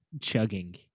chugging